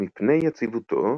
מפני יציבותו,